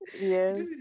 yes